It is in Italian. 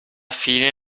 fine